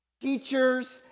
teachers